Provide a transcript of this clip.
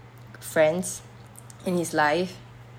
friends in his life